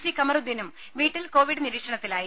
C കമറുദ്ദീനും വീട്ടിൽ covid നിരീക്ഷണ ത്തിലായി